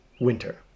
winter